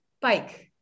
Bike